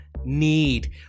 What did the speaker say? need